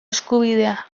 eskubidea